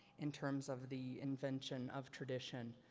in terms of the invention of tradition,